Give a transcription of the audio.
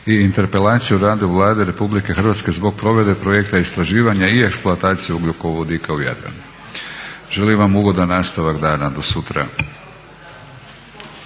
i Interpelaciju rada Vlade Republike Hrvatske zbog provjere projekta istraživanja i eksploatacije ugljikovodika u Jadranu. Želim vam ugodan nastavak dana do sutra.